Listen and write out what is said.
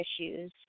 issues